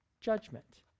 judgment